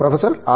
professor R